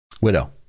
Widow